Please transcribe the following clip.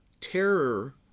terror